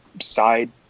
side